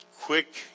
quick